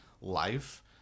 life